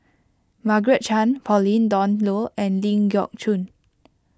Margaret Chan Pauline Dawn Loh and Ling Geok Choon